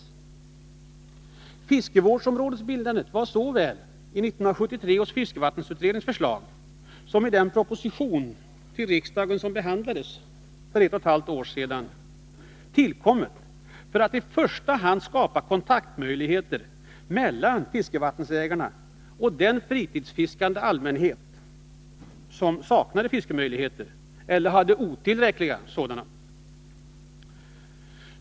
Förslaget om fiskevårdsområdesbildande var såväl i 1973 års fiskevattensutredning som i den proposition tillriksdagen som behandlades för ett och ett halvt år sedan tillkommet för att i första hand skapa kontaktmöjligheter mellan fiskevattensägare och den fritidsfiskande allmänhet som saknade eller hade otillräckliga fiskemöjligheter.